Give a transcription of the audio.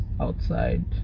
outside